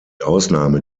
ausnahme